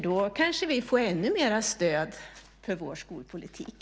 Då kanske vi får ännu mer stöd för vår skolpolitik.